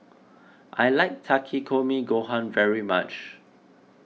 I like Takikomi Gohan very much